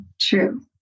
true